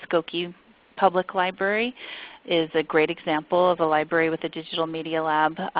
skokie public library is a great example of a library with a digital media lab.